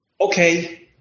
okay